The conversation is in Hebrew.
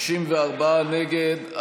64 נגד.